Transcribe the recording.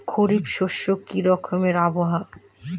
খরিফ শস্যে কি রকম আবহাওয়ার?